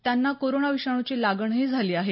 त्यांना कोरोना विषाणूची लागणही झाली आहे